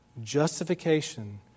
Justification